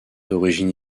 d’origine